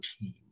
team